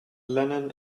lennon